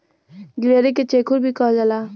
गिलहरी के चेखुर भी कहल जाला